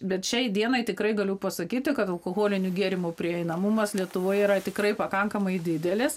bet šiai dienai tikrai galiu pasakyti kad alkoholinių gėrimų prieinamumas lietuvoj yra tikrai pakankamai didelis